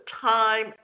time